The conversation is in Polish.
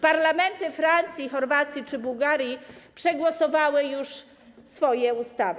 Parlamenty Francji, Chorwacji czy Bułgarii przegłosowały już swoje ustawy.